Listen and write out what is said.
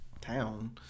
town